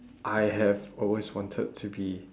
I have always wanted to be